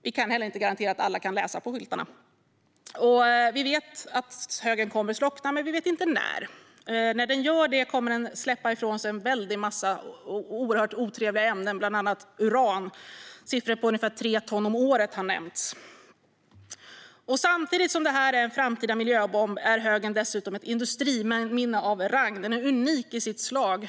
Vi kan ju inte heller garantera att alla kan läsa skyltarna. Vi vet att högen kommer att slockna, men vi vet inte när. När den gör det kommer den att släppa ifrån sig en väldig massa oerhört otrevliga ämnen, bland annat uran. Siffror på ungefär tre ton om året har nämnts. Samtidigt som detta är en framtida miljöbomb är högen ett industriminne av rang. Den är unik i sitt slag.